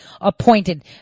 appointed